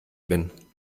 bin